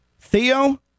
Theo